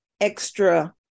extra